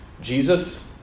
Jesus